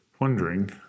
wondering